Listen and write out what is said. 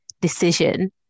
decision